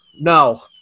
No